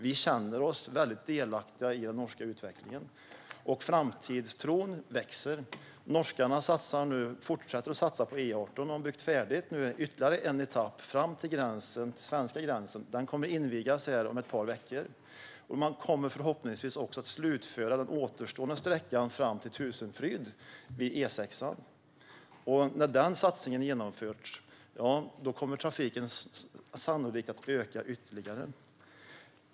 Vi känner oss väldigt delaktiga i den norska utvecklingen. Framtidstron växer. Norge fortsätter nu att satsa på E18. Man har byggt färdigt ytterligare en etapp fram till den svenska gränsen. Den kommer att invigas om ett par veckor. Förhoppningsvis kommer man också att slutföra den återstående sträckan fram till Tusenfryd vid E6:an. När den satsningen har genomförts kommer trafiken sannolikt att öka ytterligare.